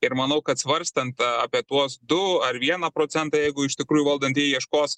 ir manau kad svarstant apie tuos du ar vieną procentą jeigu iš tikrųjų valdantieji ieškos